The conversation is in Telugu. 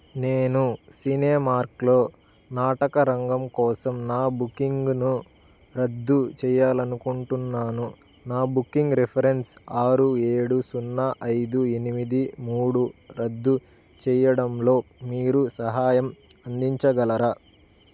నేను సినేమార్క్లో నాటకరంగం కోసం నా బుకింగ్ను రద్దు చేయాలి అనుకుంటున్నాను నా బుకింగ్ రిఫరెన్స్ ఆరు ఏడు సున్నా ఐదు ఎనిమిది మూడు రద్దు చేయడంలో మీరు సహాయం అందించగలరా